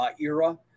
era